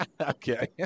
Okay